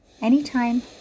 anytime